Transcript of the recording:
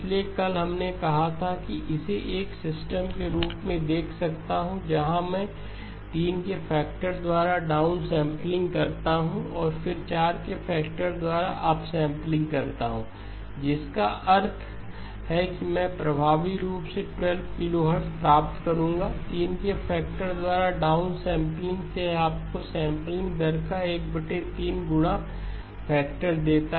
इसलिए कल हमने कहा था कि मैं इसे एक सिस्टम के रूप में देख सकता हूं जहां मैं 3 के फैक्टर द्वारा डाउन सैंपलिंग करता हूं और फिर 4 के फैक्टर द्वारा अप सैंपलिंग करता हूं जिसका अर्थ है कि मैं प्रभावी रूप से 12 किलोहर्ट्ज़ प्राप्त करूंगा 3 के फैक्टर द्वारा डाउन सैंपलिंग से यह आपको सेंपलिंग दर का 13 गुणा फैक्टर देता है